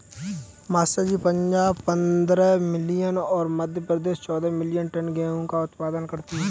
master जी पंजाब पंद्रह million और मध्य प्रदेश चौदह मिलीयन टन गेहूं का उत्पादन करती है